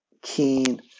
keen